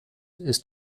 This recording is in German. ist